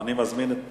אני מזמין את